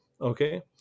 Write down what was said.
okay